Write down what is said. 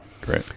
Great